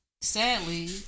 sadly